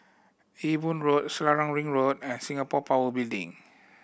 Ewe Boon Road Selarang Ring Road and Singapore Power Building